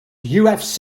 ufc